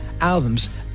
albums